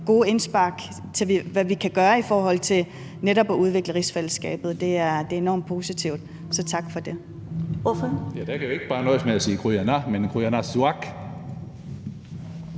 gode indspark til, hvad vi kan gøre i forhold til netop at udvikle rigsfællesskabet. Det er enormt positivt, så tak for det. Kl. 15:19 Første næstformand (Karen